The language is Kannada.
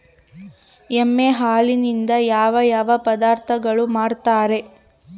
ಎಮ್ಮೆ ಹಾಲಿನಿಂದ ಯಾವ ಯಾವ ಪದಾರ್ಥಗಳು ಮಾಡ್ತಾರೆ?